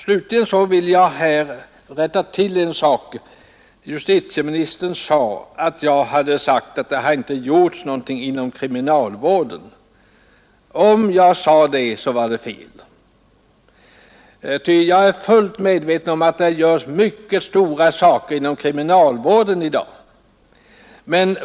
Slutligen vill jag rätta till en sak. Justitieministern förklarade att jag hade sagt att det har inte gjorts någonting inom kriminalvården. Om jag sade det, så var det fel, ty jag är fullt medveten om att det görs mycket stora saker inom kriminalvården i dag.